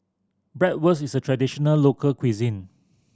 bratwurst is a traditional local cuisine